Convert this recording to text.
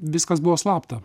viskas buvo slapta